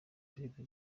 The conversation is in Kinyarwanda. perezida